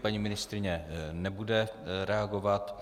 Paní ministryně nebude reagovat.